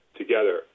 together